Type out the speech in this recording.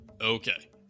Okay